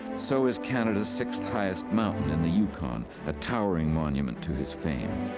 so is canada's sixth highest mountain, in the yukon a towering monument to his fame.